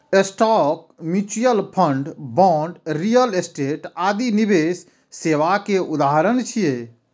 stock, mutual fund, bond, real estate आदि निवेश सेवा के उदाहरण छियै